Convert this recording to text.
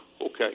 okay